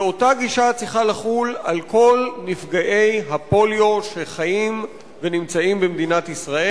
ואותה גישה צריכה לחול על כל נפגעי הפוליו שחיים ונמצאים במדינת ישראל.